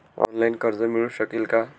Online कर्ज मिळू शकेल का?